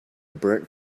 burnt